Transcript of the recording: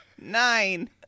nine